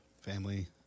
family